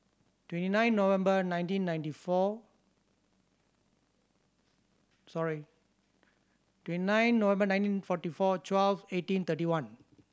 twenty nine November nineteen ninety four sorry twenty nine November nineteen forty four twelve eighteen thirty one